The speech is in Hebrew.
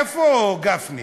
איפה גפני?